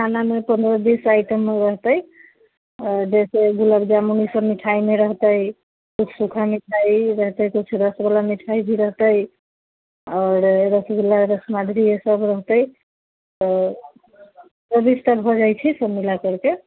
खानामे चौबीस टा आइटम रहतै आओर जे छै गुलाब जामुन ईसब मिठाइमे रहतै किछु सूखा मिठाइ रहतै किछु रसवला मिठाइ भी रहतै आओर रसगुल्ला रस माधुरी ईसब रहतै आओर चौबीस टा भऽ जाइछे सभ मिला करिके